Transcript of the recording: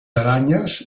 aranyes